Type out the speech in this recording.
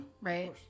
Right